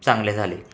चांगले झाले